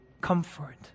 comfort